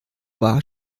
war